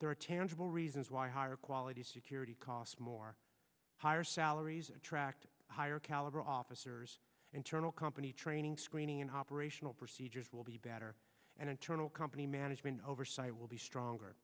are tangible reasons why higher quality security costs more higher salaries attract higher caliber officers internal company training screening and operational procedures will be better and internal company management oversight will be stronger